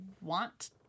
want